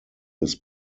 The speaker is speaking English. his